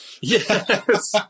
Yes